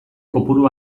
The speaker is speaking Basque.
kopuru